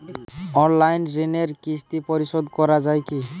Online ঋণের কিস্তি পরিশোধ করা যায় কি?